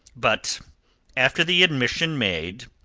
but after the admission made,